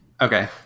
Okay